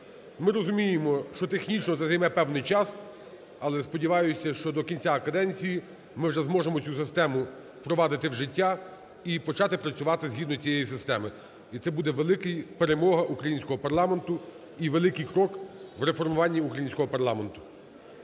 Ми розуміємо, що технічно це займе певний час, але сподіваюся, що до кінця каденції ми вже зможемо цю систему впровадити в життя і почати працювати згідно цієї системи. І це буде велика перемога українського парламенту і великий крок в реформуванні українського парламенту.